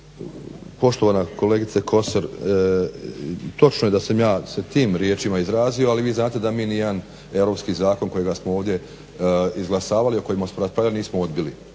Poštovana kolegice Kosor, točno je da sam ja sa tim riječima izrazio, ali vi znate da mi nijedan europski zakon kojega smo ovdje izglasavali, o kojemu smo raspravljali, nismo odbili,